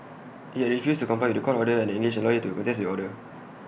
IT had refused to comply with The Court order and engaged A lawyer to contest the order